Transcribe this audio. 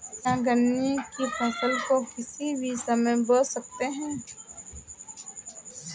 क्या गन्ने की फसल को किसी भी समय बो सकते हैं?